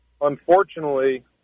Unfortunately